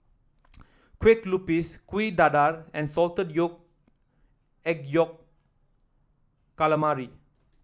Kueh Lupis Kuih Dadar and salted yolk egg Yolk Calamari